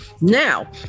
now